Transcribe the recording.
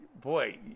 boy